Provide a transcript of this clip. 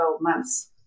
months